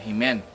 Amen